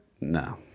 No